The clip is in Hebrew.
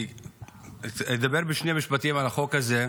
אני אדבר בשני משפטים על החוק הזה,